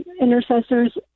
intercessors